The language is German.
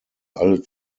alle